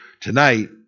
tonight